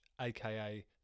aka